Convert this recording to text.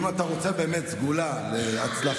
אם אתה רוצה באמת סגולה להצלחה,